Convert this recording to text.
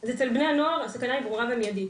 אז אצל בני הנוער הסכנה היא ברורה ומיידית.